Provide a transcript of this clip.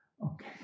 Okay